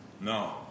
No